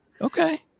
okay